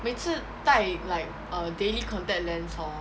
每次戴 like err daily contact lens hor